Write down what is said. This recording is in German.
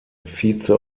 vize